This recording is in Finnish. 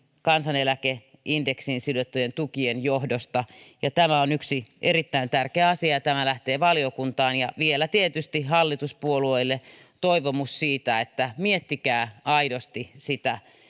kansaneläkeindeksiin sidottujen tukien johdosta ja tämä on yksi erittäin tärkeä asia ja tämä lähtee valiokuntaan ja vielä tietysti hallituspuolueille toivomus siitä että miettikää aidosti sitä